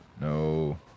No